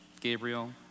Gabriel